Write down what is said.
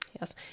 Yes